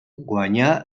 guanyà